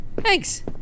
Thanks